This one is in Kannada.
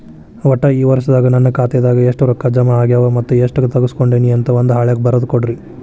ಒಟ್ಟ ಈ ವರ್ಷದಾಗ ನನ್ನ ಖಾತೆದಾಗ ಎಷ್ಟ ರೊಕ್ಕ ಜಮಾ ಆಗ್ಯಾವ ಮತ್ತ ಎಷ್ಟ ತಗಸ್ಕೊಂಡೇನಿ ಅಂತ ಒಂದ್ ಹಾಳ್ಯಾಗ ಬರದ ಕೊಡ್ರಿ